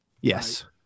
Yes